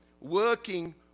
working